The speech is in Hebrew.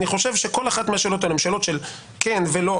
אני חושב שכל אחת מהשאלות האלה הן שאלות של כן או לא,